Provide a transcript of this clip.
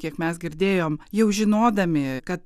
kiek mes girdėjom jau žinodami kad